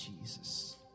Jesus